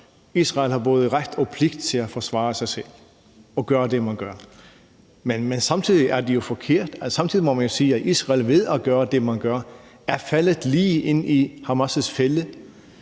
Israel både har ret og pligt til at forsvare sig selv og gøre det, man gør, men samtidig må man jo sige, at Israel ved at gøre det, man gør, er faldet lige ned i Hamas' fælde.